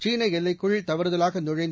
சீன எல்லைக்குள் தவறுதலாக நுழைந்த